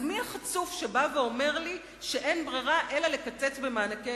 מי החצוף שבא ואומר לי שאין ברירה אלא לקצץ במענקי